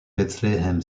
bethlehem